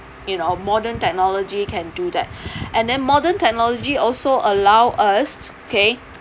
you know modern technology can do that and then modern technology also allow us okay